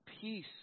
peace